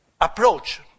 approach